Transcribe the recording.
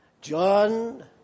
John